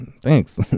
thanks